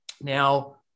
Now